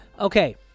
Okay